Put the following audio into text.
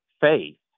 faith